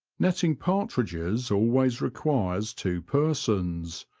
netting partridges always requires two persons,